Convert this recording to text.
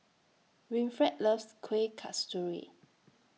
Winfred loves Kueh Kasturi